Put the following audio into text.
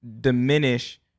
diminish